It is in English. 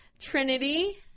Trinity